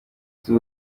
z’i